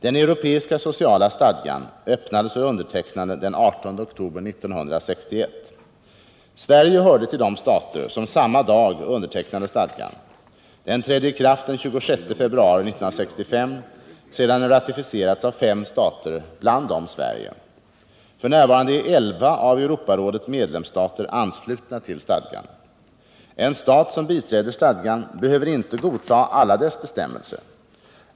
Den europeiska sociala stadgan öppnades för undertecknande den 18 oktober 1961. Sverige hörde till de stater som samma dag undertecknade stadgan. Den trädde i kraft den 26 februari 1965, sedan den ratificerats av fem stater, bland dem Sverige. F.n. är elva av Europarådets medlemsstater anslutna till stadgan. En stat som biträder stadgan behöver inte godta alla dess bestämmelser.